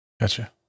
Gotcha